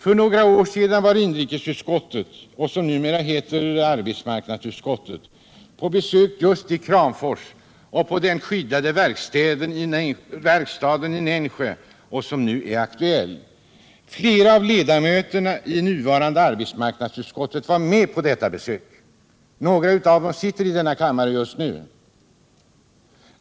För några år sedan var inrikesutskottet — som numera heter arbetsmarknadsutskottet — på besök i Kramfors och på den skyddade verkstaden i Nensjö, som nu är aktuell. Flera av ledamöterna i nuvarande arbetsmarknadsutskottet var med vid det besöket, och några av dem sitter i denna kammare just nu.